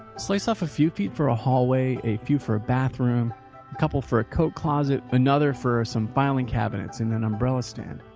slice off a few feet for a hallway, a few for a bathroom, a couple for a coat closet, another for some filing cabinets and an umbrella stand.